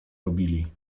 robili